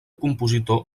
compositor